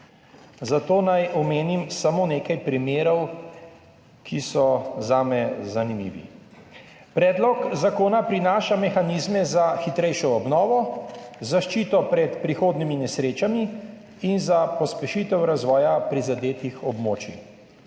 zato naj omenim samo nekaj primerov, ki so zame zanimivi. Predlog zakona prinaša mehanizme za hitrejšo obnovo, zaščito pred prihodnjimi nesrečami in pospešitev razvoja prizadetih območij.